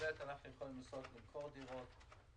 בהחלט אנחנו יכולים לנסות למכור דירות.